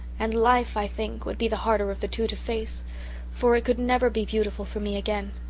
and life, i think, would be the harder of the two to face for it could never be beautiful for me again.